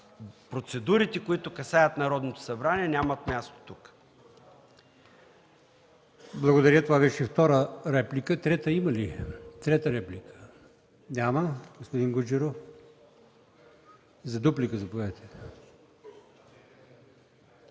Процедурите, които касаят Народното събрание, нямат място тук.